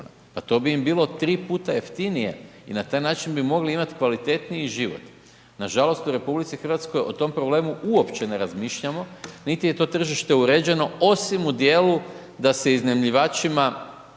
Pa to bi im bilo 3 puta jeftinije i na taj način bi mogli imati kvalitetniji život. Nažalost u RH o tom problemu uopće ne razmišljamo niti je to tržište uređeno osim u dijelu da se iznajmljivačima,